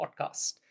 podcast